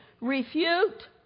refute